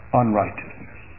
unrighteousness